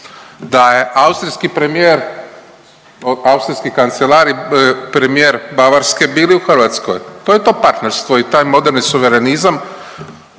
da je austrijski premijer, austrijski kancelar i premijer Bavarske bili u Hrvatskoj, to je to partnerstvo i taj moderni suverenizam